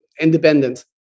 independent